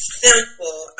simple